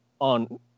on